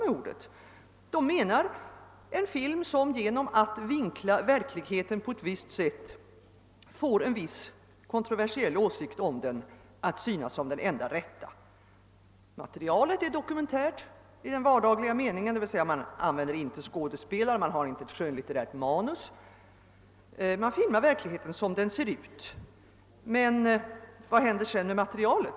De menar med dokumentärfilm en film, som genom att vinkla verkligheten på ett visst sätt får en viss kontroversiell åsikt att synas som om den var den enda rätta. Materialet är visserligen dokumentärt i den vardagliga meningen, att man inte använder skådespelare och inte något skönlitterärt manuskript. Man filmar verkligheten sådan den ser ut. Men vad händer sedan med materialet?